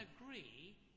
agree